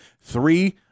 three